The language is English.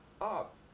up